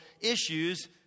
issues